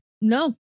no